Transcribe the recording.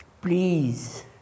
please